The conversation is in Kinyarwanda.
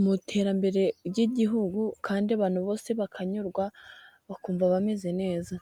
mu iterambere ry'igihugu kandi abantu bose bakanyurwa bakumva bameze neza.